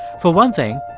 for one thing,